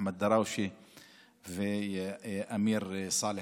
אחמד דראושה ואמיר סאלח.